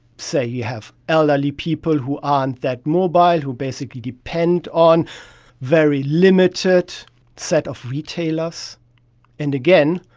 say you have elderly people who aren't that mobile, who basically depend on very limited set of retailers. and again,